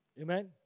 Amen